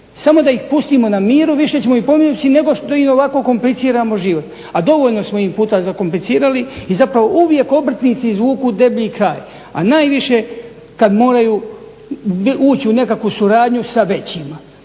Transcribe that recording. samo da ih pustimo na miru. Više ćemo im pomoći nego što im ovako kompliciramo život, a dovoljno smo im puta zakomplicirali i zapravo uvijek obrtnici izvuku deblji kraj, a najviše kad moraju ući u nekakvu suradnju sa većima.